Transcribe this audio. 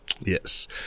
Yes